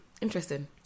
interesting